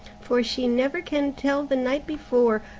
for she never can tell the night before,